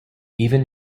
even